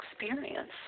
experience